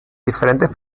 diferentes